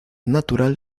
natural